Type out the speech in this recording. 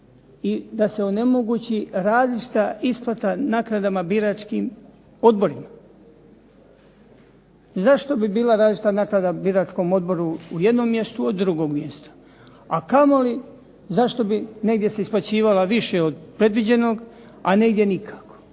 i da se onemogući različita isplata naknadama biračkim odborima. Zašto bi bila različita naknada biračkom odboru u jednom mjestu od drugog mjesta, a kamoli zašto bi negdje se isplaćivala više od predviđenog, a negdje nikako.